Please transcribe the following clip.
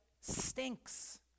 stinks